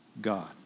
God